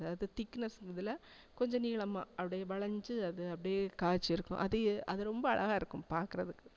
அதாவது திக்னஸ் இருக்குதில் கொஞ்சம் நீளமாக அப்படியே வலைஞ்சி அது அப்படியே காய்ச்சிருக்கும் அது எ அது ரொம்ப அழகாய்ருக்கும் பார்க்குறதுக்கு